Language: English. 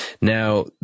Now